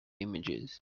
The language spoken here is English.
images